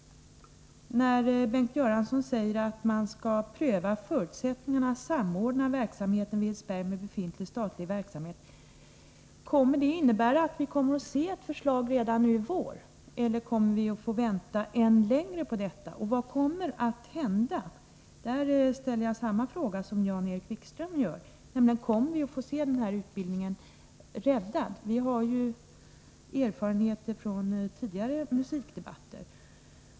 Bengt Göransson säger att man skall ”pröva förutsättningarna för att samordna verksamheten vid Edsberg med befintlig statlig verksamhet”. Innebär detta att vi får ett förslag redan nu i vår, eller måste vi vänta längre? Vad kommer att hända? Där ställer jag samma fråga som Jan-Erik Wikström ställde. Kommer vi att få se den här utbildningen räddad? Vi har ju erfarenheter från tidigare musikdebatter.